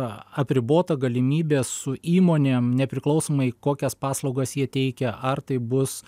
apribota galimybė su įmonėm nepriklausomai kokias paslaugas jie teikia ar tai bus